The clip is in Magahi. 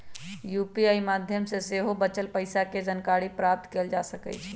यू.पी.आई माध्यम से सेहो बचल पइसा के जानकारी प्राप्त कएल जा सकैछइ